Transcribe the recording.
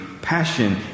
Passion